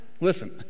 Listen